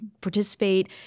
Participate